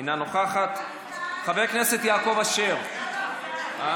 אינה נוכחת, חבר הכנסת יעקב אשר, לא, לא.